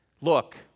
look